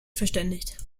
verständigt